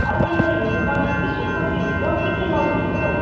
अहिले यो हिउँदमा के के सब्जी हुन्छ हौ के के लाउनु पर्छ हौ